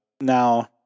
now